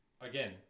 again